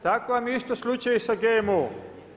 Tako vam je isto slučaj i sa GMO-om.